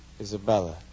Isabella